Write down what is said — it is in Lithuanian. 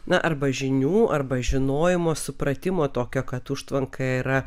na arba žinių arba žinojimo supratimo tokio kad užtvanka yra